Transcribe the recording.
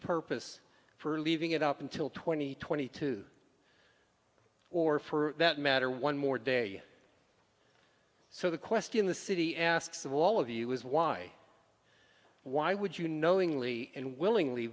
purpose for leaving it up until twenty twenty two or for that matter one more day so the question the city asks of all of you is why why would you knowingly and willingly